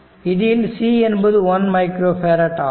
இதில் c என்பது 1 microfarad ஆகும்